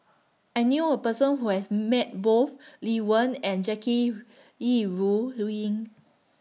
I knew A Person Who has Met Both Lee Wen and Jackie Yi Ru Ying